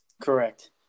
Correct